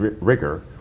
rigor